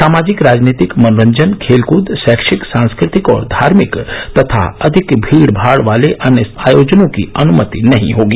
सामाजिक राजनीतिक मनोरंजन खेलकद शैक्षिक सांस्कृतिक और धार्मिक तथा अधिक भीड भाड वाले अन्य आयोजनों की अनुमति नहीं होगी